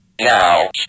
Now